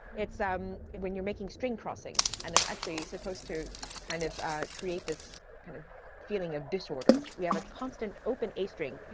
it's um and when you're making string crossings and it's actually supposed to kind of create this kind of feeling of disorder. we have a constant open a string.